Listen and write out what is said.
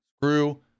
Screw